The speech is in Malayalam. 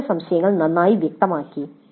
സാങ്കേതിക സംശയങ്ങൾ നന്നായി വ്യക്തമാക്കി